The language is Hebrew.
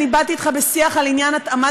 אני באתי אתך בשיח על עניין התאמת